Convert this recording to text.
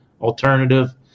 alternative